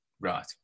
right